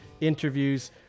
interviews